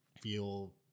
feel